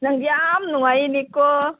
ꯅꯪꯗꯤ ꯌꯥꯝ ꯅꯨꯡꯉꯥꯏꯔꯦꯅꯦ ꯀꯣ